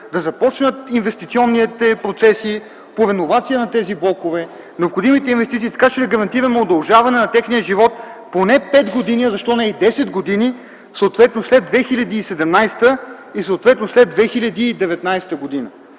да започнат инвестиционните процеси по реновация на тези блокове, необходимите инвестиции. Така ще гарантираме удължаване на техния живот поне 5 години, защо не и 10 години съответно след 2017 г. и съответно след 2019 г.